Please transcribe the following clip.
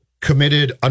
committed